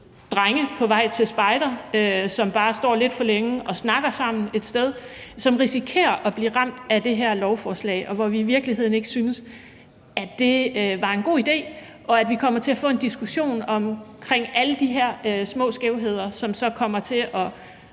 drenge på vej til spejder, som bare står et sted og snakker sammen lidt for længe, risikerer at blive ramt af det her lovforslag, hvor vi i virkeligheden ikke synes, at det var en god idé, og at vi kommer til at få en diskussion omkring alle de her små skævheder, som så kommer til